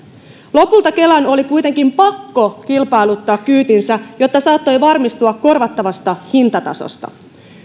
lopulta kelan oli kuitenkin pakko kilpailuttaa kyytinsä jotta se saattoi varmistua korvattavasta hintatasosta